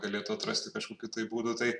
galėtų atrasti kažkokiu būdu tai